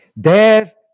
Death